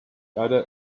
other